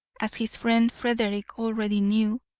as his friend frederick already knew,